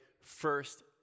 first